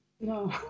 no